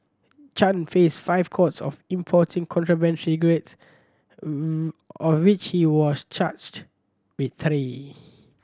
Chen faced five counts of importing contraband cigarettes of which he was charged with three